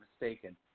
mistaken